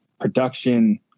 production